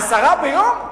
עשרה ביום?